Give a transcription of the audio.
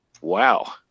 wow